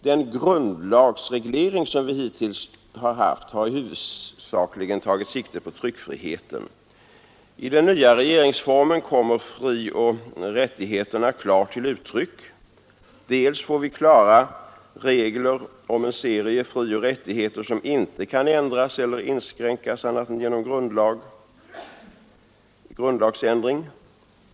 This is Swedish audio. Den grundlagsreglering som vi hittills haft har huvudsakligen tagit sikte på tryckfriheten. I den nya regeringsformen kommer frioch rättigheterna klart till uttryck. Dels får vi klara regler om en serie frioch rättigheter som inte kan ändras eller inskränkas annat än genom grundlagsändring.